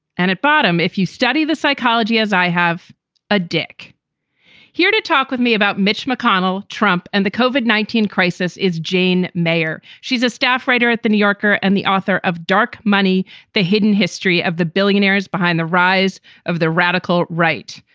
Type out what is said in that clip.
and at bottom, if you study the psychology, as i have a deck here to talk with me about mitch mcconnell, trump and the koven nineteen crisis is jane mayer. she's a staff writer at the new yorker and the author of dark money the hidden history of the billionaires behind the rise of the radical right,